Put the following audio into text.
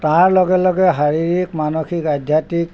তাৰ লগে লগে শাৰীৰিক মানসিক আধ্যাত্মিক